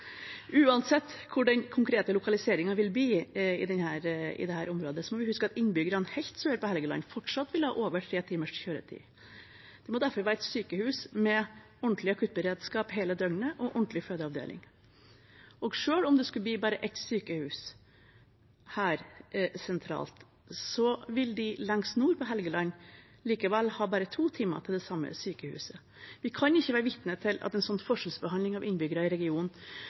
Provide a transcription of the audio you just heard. Uansett hvor den konkrete lokaliseringen vil bli i dette området, må vi huske at innbyggerne helt sør på Helgeland fortsatt vil ha over tre timers kjøretid. Det må derfor være et sykehus med ordentlig akuttberedskap hele døgnet og ordentlig fødeavdeling. Og selv om det skulle bli bare ett sykehus her sentralt, vil de lengst nord på Helgeland likevel ha bare to timer til det samme sykehuset. Vi kan ikke være vitne til en sånn forskjellsbehandling av innbyggerne i regionen